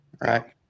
right